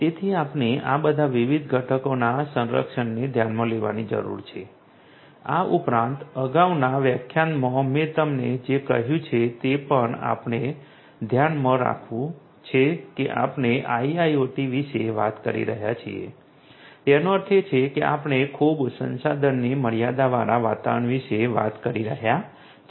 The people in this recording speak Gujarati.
તેથી આપણે આ બધાં વિવિધ ઘટકોના સંરક્ષણને ધ્યાનમાં લેવાની જરૂર છે આ ઉપરાંત અગાઉના વ્યાખ્યાનમાં મેં તમને જે કહ્યું છે તે પણ આપણે ધ્યાનમાં રાખવું છે કે આપણે આઈઆઈઓટી વિશે વાત કરી રહ્યા છીએ તેનો અર્થ એ કે આપણે ખૂબ સંસાધનની મર્યાદાવાળા વાતાવરણ વિશે વાત કરી રહ્યા છીએ